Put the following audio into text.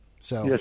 Yes